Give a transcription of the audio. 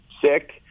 sick